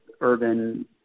urban